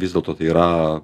vis dėlto tai yra